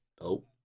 Nope